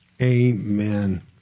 Amen